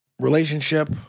relationship